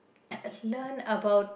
learn about